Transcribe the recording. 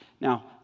Now